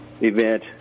event